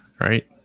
right